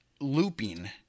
Looping